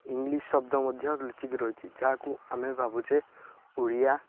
English ଶବ୍ଦ ମଧ୍ୟ ଲୁଚିକି ରହିଛି ଯାହାକୁ ଆମେ ଭାବୁଛେ ଓଡ଼ିଆ